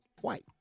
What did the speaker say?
white